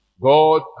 God